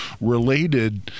related